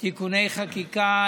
תיקוני חקיקה),